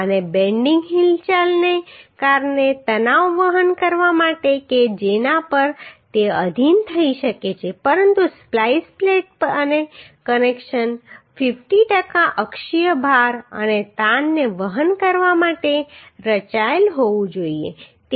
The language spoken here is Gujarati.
અને બેન્ડિંગ હિલચાલને કારણે તણાવ વહન કરવા માટે કે જેના પર તે આધીન થઈ શકે છે પરંતુ સ્પ્લાઈસ પ્લેટ અને કનેક્શન 50 ટકા અક્ષીય ભાર અને તાણને વહન કરવા માટે રચાયેલ હોવું જોઈએ